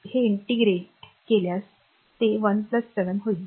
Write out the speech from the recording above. हे इंटीग्रेट समाकलित केल्यास ते 1 7 होईल